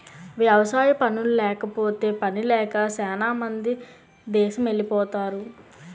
వ్యవసాయ పనుల్లేకపోతే పనిలేక సేనా మంది దేసమెలిపోతరు